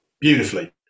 Beautifully